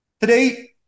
Today